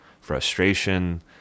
frustration